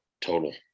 total